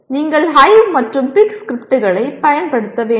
நீங்கள் ஹைவ் மற்றும் பிக் ஸ்கிரிப்ட்களைப் பயன்படுத்த வேண்டும்